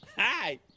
hi.